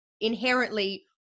inherently